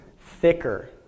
thicker